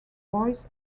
voice